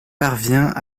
parvient